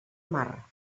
mar